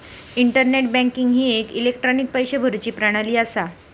internet banking ही एक electronic पैशे भरुची प्रणाली असा